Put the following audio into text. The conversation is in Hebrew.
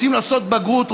רוצים לעשות בגרות,